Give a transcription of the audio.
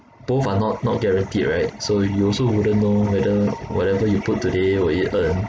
both are not not guaranteed right so you also wouldn't know whether whatever you put today will it earn